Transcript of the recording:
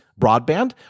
broadband